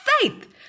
faith